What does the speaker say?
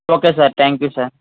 okay sir thank you sir